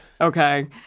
Okay